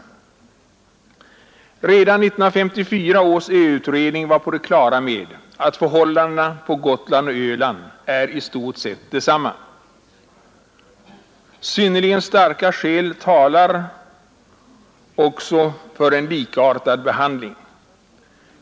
Redan 1954 års ö-utredning var på det klara med att förhållandena på Gotland och Öland är i stort sett desamma. Synnerligen starka skäl talar också för en likartad behandling.